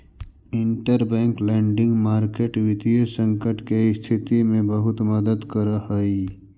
interbank lending market वित्तीय संकट के स्थिति में बहुत मदद करऽ हइ